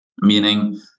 meaning